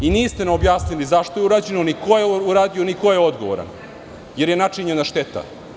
Niste nam objasnili zašto je to urađeno, ni ko je to uradio, ni ko je odgovoran, jer je načinjena šteta.